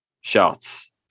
shots